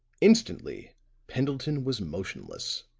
instantly pendleton was motionless